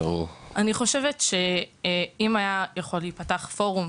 אני חושבת שאם היה יכול להיפתח פורום